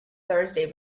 thursday